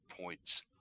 points